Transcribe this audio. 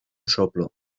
soplo